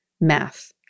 math